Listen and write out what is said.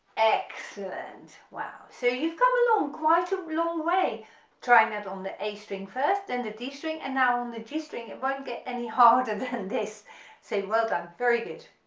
excellent wow. so you've come along quite a long way trying that on the a string first then and the d string and now on the g string, it won't get any harder than this say well done very good.